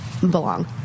belong